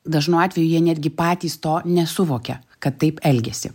dažnu atveju jie netgi patys to nesuvokia kad taip elgiasi